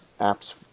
apps